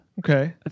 Okay